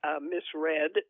misread